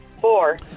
Four